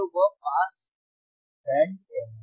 तो वह pass band कहलाता है